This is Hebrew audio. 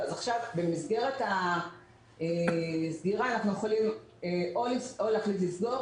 במסגרת הסגירה אנחנו יכולים או להחליט לסגור